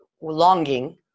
longing